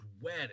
wet